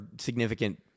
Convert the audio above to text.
significant